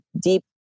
deep